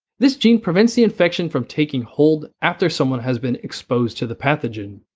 this gene prevents the infection from taking hold after someone has been exposed to the pathogen.